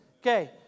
Okay